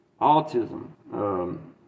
autism